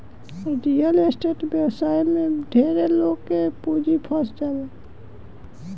real estate व्यवसाय में ढेरे लोग के पूंजी फंस जाला